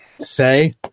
say